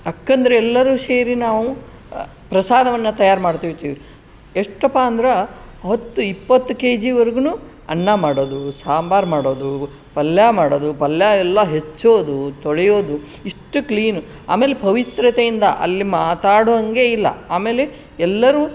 ಅಕ್ಕಂದಿರು ಎಲ್ಲರೂ ಸೇರಿ ನಾವು ಪ್ರಸಾದವನ್ನು ತಯಾರು ಮಾಡ್ತಿರ್ತೀವಿ ಎಷ್ಟಪ್ಪ ಅಂದ್ರೆ ಹತ್ತು ಇಪ್ಪತ್ತು ಕೆಜಿವರ್ಗೂನು ಅನ್ನ ಮಾಡೋದು ಸಾಂಬಾರು ಮಾಡೋದು ಪಲ್ಯ ಮಾಡೋದು ಪಲ್ಯ ಎಲ್ಲ ಹೆಚ್ಚೋದು ತೊಳೆಯೋದು ಇಷ್ಟು ಕ್ಲೀನ್ ಆಮೇಲೆ ಪವಿತ್ರತೆಯಿಂದ ಅಲ್ಲಿ ಮಾತಾಡುವಂಗೆ ಇಲ್ಲ ಆಮೇಲೆ ಎಲ್ಲರೂ